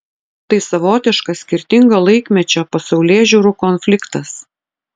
tai savotiškas skirtingo laikmečio pasaulėžiūrų konfliktas